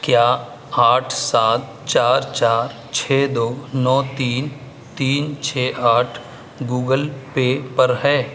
کیا آٹھ سات چار چار چھ دو نو تین تین چھ آٹھ گوگل پے پر ہے